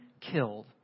killed